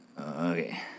Okay